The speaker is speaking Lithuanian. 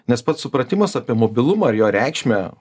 nes pats supratimas apie mobilumą ir jo reikšmę